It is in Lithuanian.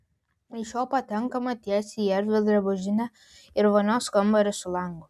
iš jo patenkama tiesiai į erdvią drabužinę ir vonios kambarį su langu